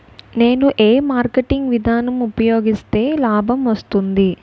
నేను ఏ మార్కెటింగ్ విధానం ఉపయోగిస్తే లాభం వస్తుంది?